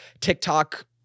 TikTok